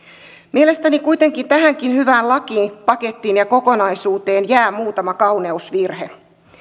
mielestäni kuitenkin tähänkin hyvään lakipakettiin ja kokonaisuuteen jää muutama kauneusvirhe